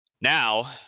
now